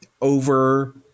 over